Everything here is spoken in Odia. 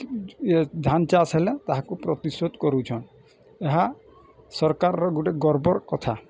ୟେ ଧାନ୍ ଚାଷ୍ ହେଲେ ତାହାକୁ ପ୍ରତିଶୋଧ କରୁଛନ୍ ଏହା ସରକାର୍ର ଗୁଟେ ଗର୍ବର କଥା